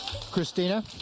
Christina